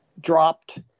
dropped